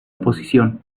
oposición